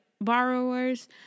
borrowers